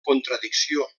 contradicció